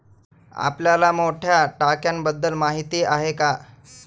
आपल्याला मोठ्या टाक्यांबद्दल माहिती आहे का?